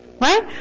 Right